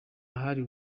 ahari